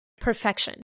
perfection